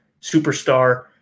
superstar